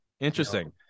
Interesting